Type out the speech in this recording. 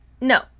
No